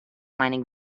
mining